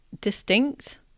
distinct